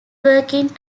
working